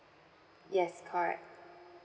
yes correct